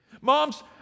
Moms